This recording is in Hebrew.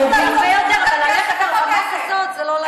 אבל זה זמן שאול,